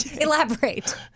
Elaborate